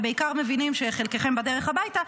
ובעיקר מבינים שחלקכם בדרך הביתה.